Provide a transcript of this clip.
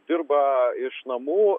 dirba iš namų